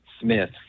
Smith